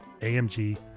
AMG